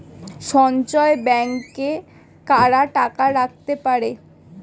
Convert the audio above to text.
সঞ্চয় ব্যাংকে কারা টাকা রাখতে পারে?